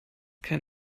kein